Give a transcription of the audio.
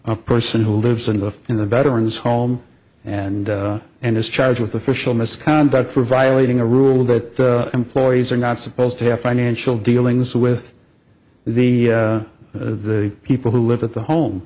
a person who lives in the in the veterans home and and is charged with official misconduct for violating a rule that employees are not supposed to have financial dealings with the people who live at the home